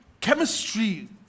chemistry